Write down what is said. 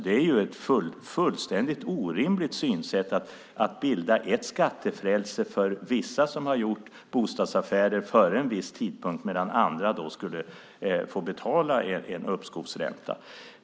Det är ju ett fullständigt orimligt synsätt att bilda ett skattefrälse för vissa som har gjort bostadsaffärer före en viss tidpunkt medan andra skulle få betala en uppskovsränta.